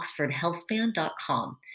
OxfordHealthSpan.com